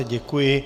Děkuji.